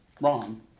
wrong